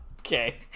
Okay